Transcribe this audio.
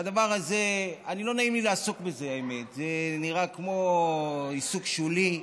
לא נעים לי לעסוק בזה, זה נראה כמו עיסוק שולי,